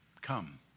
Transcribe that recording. Come